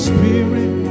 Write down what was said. Spirit